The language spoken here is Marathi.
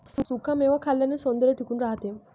सुखा मेवा खाल्ल्याने सौंदर्य टिकून राहते